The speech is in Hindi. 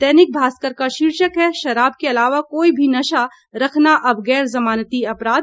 दैनिक भास्कर का शीर्षक है शराब के अलावा कोई भी नशा रखना अब गैर जमानती अपराध